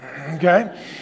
okay